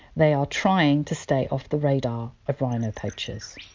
they are trying to stay off the radar of rhino poachers.